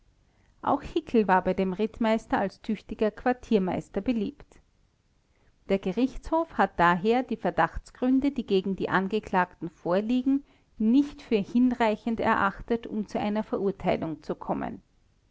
auch hickel war bei dem rittmeister als tüchtiger quartiermeister beliebt der gerichtshof hat daher die verdachtsgründe die gegen die angeklagten vorliegen nicht für hinreichend erachtet um zu einer verurteilung zu kommen